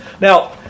Now